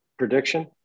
Prediction